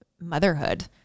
motherhood